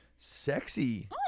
sexy